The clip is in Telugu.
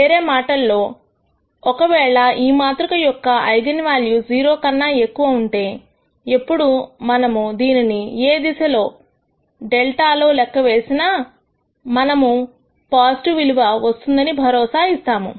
వేరే మాటల్లో ఒకవేళ ఈ మాతృక యొక్క ఐగన్ వాల్యూస్ 0 కన్నా ఎక్కువ ఉంటే ఎప్పుడు మనము దీనిని ఏ దిశ δ లో లెక్క వేసినా మనకు పాజిటివ్ విలువ వస్తుందని భరోసాను ఇస్తుంది